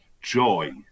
joy